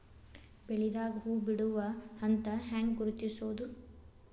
ಬೆಳಿದಾಗ ಹೂ ಬಿಡುವ ಹಂತ ಹ್ಯಾಂಗ್ ಗುರುತಿಸೋದು?